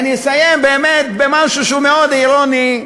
אני אסיים באמת במשהו שהוא מאוד אירוני,